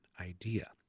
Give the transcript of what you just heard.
idea